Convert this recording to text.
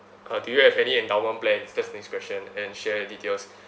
uh do you have any endowment plan that's the next question and share details